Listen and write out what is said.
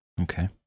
Okay